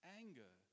anger